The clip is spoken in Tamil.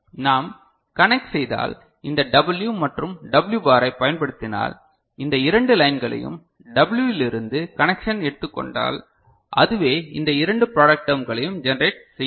நாம் கனெக்ட் செய்தால் இந்த W மற்றும் W பாரை பயன்படுத்தினால் இந்த இரண்டு லைன்களையும் W இலிருந்து கனெக்ஷனை எடுத்துக் கொண்டால் அதுவே இந்த இரண்டு ப்ராடெக்ட் டெர்ம்களையும் ஜெனரேட் செய்யும்